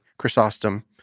Chrysostom